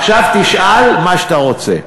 עכשיו תשאל מה שאתה רוצה.